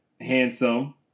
handsome